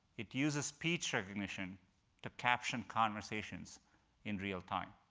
it uses speech recognition to caption conversations in real time.